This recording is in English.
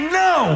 no